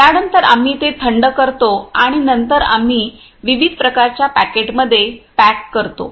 त्यानंतर आम्ही ते थंड करतो आणि नंतर आम्ही विविध प्रकारच्या पॅकेटमध्ये पॅक करतो